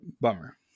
Bummer